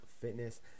Fitness